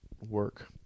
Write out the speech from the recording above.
work